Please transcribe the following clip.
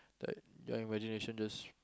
like your imagination just